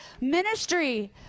Ministry